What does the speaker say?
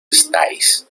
estáis